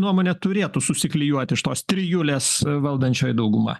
nuomone turėtų susiklijuoti iš tos trijulės valdančioji dauguma